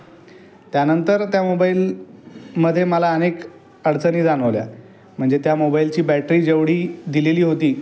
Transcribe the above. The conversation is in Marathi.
त्यानंतर त्या मोबाईलमध्ये मला अनेक अडचणी जाणवल्या म्हणजे त्या मोबाईलची बॅटरी जेवढी दिलेली होती त्याच्या